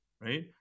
Right